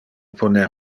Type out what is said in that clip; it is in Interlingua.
poner